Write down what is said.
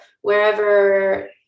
wherever